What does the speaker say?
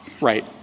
right